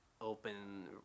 open